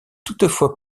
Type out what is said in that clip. toutefois